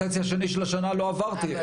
החצי השני של השנה לא עבדתי,